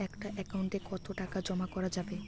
একটা একাউন্ট এ কতো টাকা জমা করা যাবে?